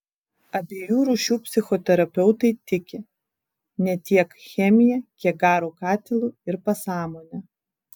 abiejų rūšių psichoterapeutai tiki ne tiek chemija kiek garo katilu ir pasąmone